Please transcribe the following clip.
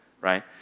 right